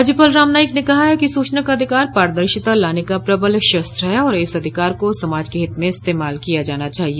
राज्यपाल राम नाईक ने कहा है कि सूचना का अधिकार पारदर्शिता लाने का प्रबल शस्त्र है और इस अधिकार को समाज के हित में इस्तेमाल किया जाना चाहिए